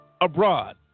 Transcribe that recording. abroad